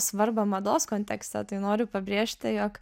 svarbą mados kontekste tai noriu pabrėžti jog